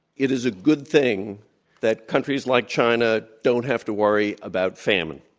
it is a good thing that countries like china don't have to worry about famine,